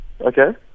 Okay